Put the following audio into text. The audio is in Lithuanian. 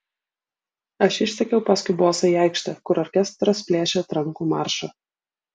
aš išsekiau paskui bosą į aikštę kur orkestras plėšė trankų maršą